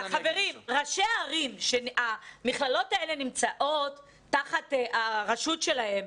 ראשי הערים שהמכללות האלה נמצאות תחת הרשות שלהן,